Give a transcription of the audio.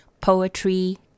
Poetry